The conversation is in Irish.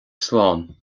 slán